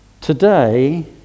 Today